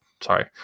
sorry